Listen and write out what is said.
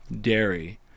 dairy